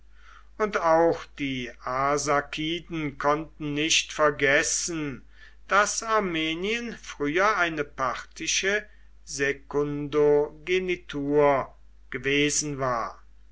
und auch die arsakiden konnten nicht vergessen daß armenien früher eine parthische sekundogenitur gewesen war